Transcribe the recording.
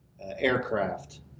aircraft